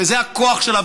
וזה הכוח שלה,